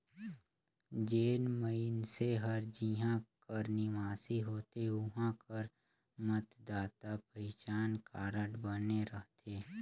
जेन मइनसे हर जिहां कर निवासी होथे उहां कर मतदाता पहिचान कारड बने रहथे